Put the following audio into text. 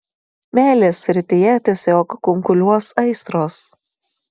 meilės srityje tiesiog kunkuliuos aistros